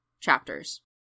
chapters